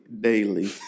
daily